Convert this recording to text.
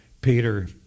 Peter